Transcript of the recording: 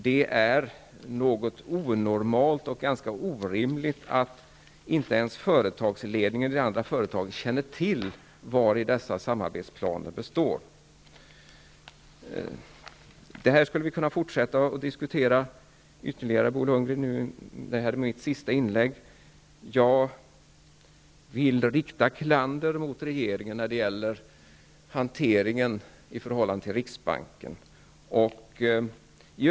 Det är onormalt, och ganska orimligt, att inte ens företagsledningen eller andra i företaget känner till vari dessa samarbetsplaner består. Vi skulle kunna fortsätta och diskutera frågan ytterligare, Bo Lundgren, men det här är mitt sista inlägg. Jag vill rikta klander mot regeringen när det gäller hanteringen i förhållande till riksbanken.